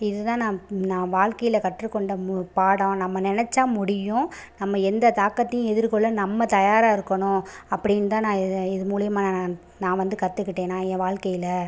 இது தான் நான் நான் வாழ்க்கையில் கற்றுக்கொண்ட மு பாடம் நம்ம நினச்சா முடியும் நம்ம எந்த தாக்கத்தையும் எதிர்க்கொள்ள நம்ம தயாராக இருக்கணும் அப்படின்னு தான் நான் இது மூலிமா நான் நான் வந்து கற்றுக்கிட்டேன் நான் என் வாழ்க்கையில்